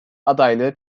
adaylığı